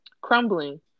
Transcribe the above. Crumbling